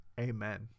Amen